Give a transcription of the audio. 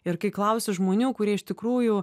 ir kai klausi žmonių kurie iš tikrųjų